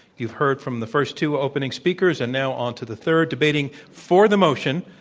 you've heard from the first two opening speakers, and now on to the third debating for the motion,